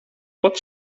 pod